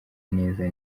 neza